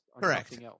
correct